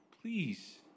please